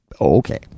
Okay